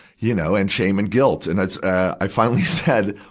you know, and shame and guilt. and it's, ah, i finally said,